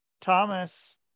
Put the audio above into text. Thomas